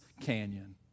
canyon